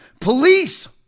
Police